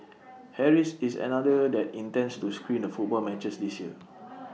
Harry's is another that intends to screen the football matches this year